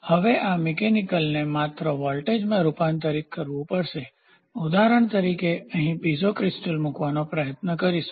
હવે આ મિકેનિકલયાંત્રિકને માત્ર વોલ્ટેજમાં રૂપાંતરિત કરવું પડશે ઉદાહરણ તરીકે આપણે અહીં પીઝો ક્રિસ્ટલ મૂકવાનો પ્રયત્ન કરી શકીશું